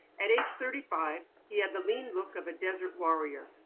at age thirty five, he had the lean look of a desert warrior,